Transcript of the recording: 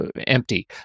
Empty